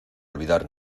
olvidar